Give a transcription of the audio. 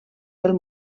del